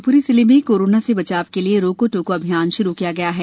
शिवपुरी जिले में कोरोना से बचाव के लिए रोको टोको अभियान शुरू किया गया है